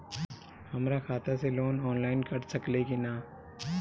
हमरा खाता से लोन ऑनलाइन कट सकले कि न?